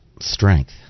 Strength